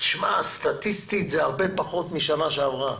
תשמע סטטיסטית זה הרבה פחות משנה שעברה.